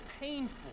painful